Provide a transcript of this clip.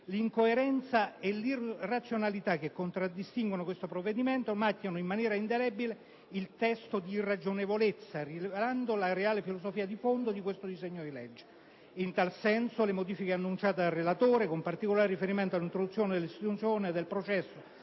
L'incoerenza e l'irrazionalità che contraddistinguono questo provvedimento marchiano in maniera indelebile il testo di irragionevolezza, rivelandone la reale filosofia di fondo. In tal senso, le modifiche annunciate dal relatore, con particolare riferimento all'introduzione dell'estinzione del processo